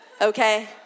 okay